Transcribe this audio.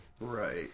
right